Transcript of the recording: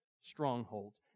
strongholds